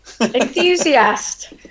enthusiast